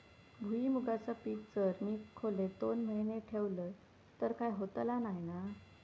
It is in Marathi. भुईमूगाचा पीक जर मी खोलेत दोन महिने ठेवलंय तर काय होतला नाय ना?